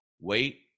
wait